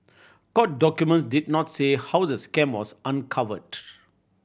court documents did not say how the scam was uncovered